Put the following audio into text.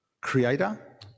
Creator